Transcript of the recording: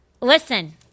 listen